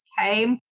Okay